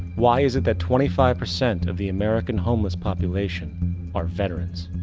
why is it that twenty five percent of the american homeless population are veterans?